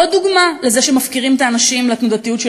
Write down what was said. עוד דוגמה לזה שמפקירים את האנשים לתנודתיות של